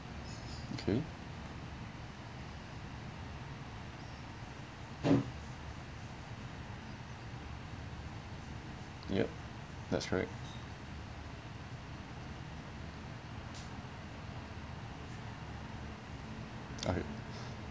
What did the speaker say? okay yup that's right okay